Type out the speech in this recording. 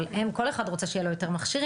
כל אחד רוצה שיהיו לו יותר מכשירים,